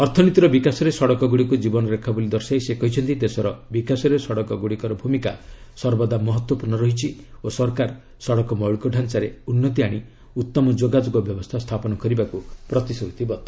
ଅର୍ଥନୀତିର ବିକାଶରେ ସଡ଼କ ଗୁଡ଼ିକୁ ଜୀବନରେଖା ବୋଲି ଦର୍ଶାଇ ସେ କହିଛନ୍ତି ଦେଶର ବିକାଶରେ ସଡ଼କ ଗୁଡ଼ିକର ଭୂମିକା ସର୍ବଦା ମହତ୍ୱପୂର୍ଣ୍ଣ ରହିଛି ଓ ସରକାର ସଡ଼କ ମୌଳିକ ଢାଞ୍ଚାରେ ଉନ୍ନତି ଆଶି ଉତ୍ତମ ଯୋଗାଯୋଗ ବ୍ୟବସ୍ଥା ସ୍ଥାପନ କରିବାକୁ ପ୍ରତିଶ୍ରତିବଦ୍ଧ